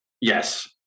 yes